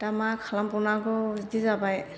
दा मा खालामबावनांगौ बेदि जाबाय